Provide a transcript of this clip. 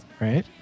right